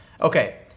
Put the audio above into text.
Okay